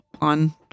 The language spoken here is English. on